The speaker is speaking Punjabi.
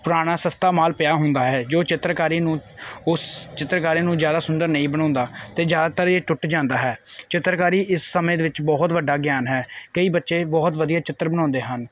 ਪੁਰਾਣਾ ਸਸਤਾ ਮਾਲ ਪਿਆ ਹੁੰਦਾ ਹੈ ਜੋ ਚਿੱਤਰਕਾਰੀ ਨੂੰ ਉਸ ਚਿੱਤਰਕਾਰੀ ਨੂੰ ਜ਼ਿਆਦਾ ਸੁੰਦਰ ਨਹੀਂ ਬਣਾਉਂਦਾ ਅਤੇ ਜ਼ਿਆਦਾਤਰ ਇਹ ਟੁੱਟ ਜਾਂਦਾ ਹੈ ਚਿੱਤਰਕਾਰੀ ਇਸ ਸਮੇਂ ਦੇ ਵਿੱਚ ਬਹੁਤ ਵੱਡਾ ਗਿਆਨ ਹੈ ਕਈ ਬੱਚੇ ਬਹੁਤ ਵਧੀਆ ਚਿੱਤਰ ਬਣਾਉਂਦੇ ਹਨ